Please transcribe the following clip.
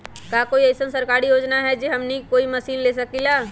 का कोई अइसन सरकारी योजना है जै से हमनी कोई मशीन ले सकीं ला?